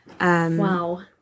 Wow